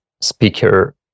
speaker